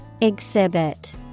Exhibit